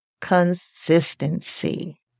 consistency